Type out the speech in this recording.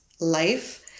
life